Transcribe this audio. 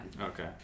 Okay